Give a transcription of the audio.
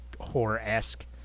horror-esque